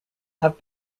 have